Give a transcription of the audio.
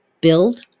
build